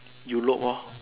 you loop loh